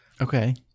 Okay